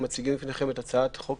מציגים בפניכם את הצעת החוק